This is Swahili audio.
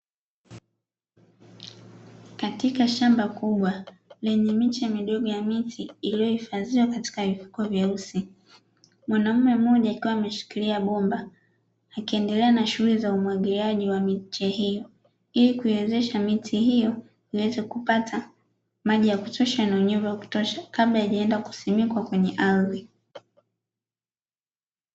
Katika shamba kubwa lenye miche midogo ya miti iliyohifadhiwa katika vifuko vyeusi. Mwanaume mmoja akiwa ameshikilia bomba, akiendelea na shughuli za umwagiliaji wa michei hii, ili kuiwezesha miti hiyo iweze kupata maji ya kutosha na unyevu wa kutosha kabla haijaenda kusimikwa kwenye ardhi.